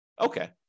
Okay